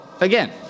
again